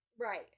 right